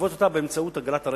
ולגבות אותה באמצעות אגרת הרכב.